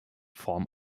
form